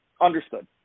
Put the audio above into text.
Understood